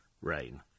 Rain